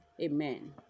Amen